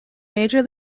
major